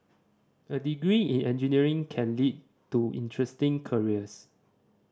a degree in engineering can lead to interesting careers